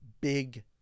big